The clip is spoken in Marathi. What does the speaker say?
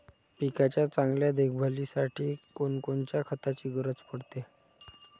पिकाच्या चांगल्या देखभालीसाठी कोनकोनच्या खताची गरज पडते?